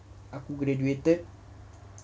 aku graduated